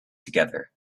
together